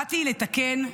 באתי לתקן,